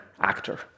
actor